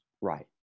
Right